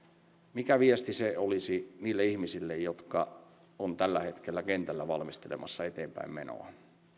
mikä viesti se olisi niille ihmisille jotka ovat tällä hetkellä kentällä valmistelemassa eteenpäinmenoa